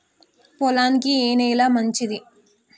పొలానికి ఏ నేల మంచిది?